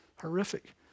Horrific